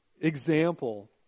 example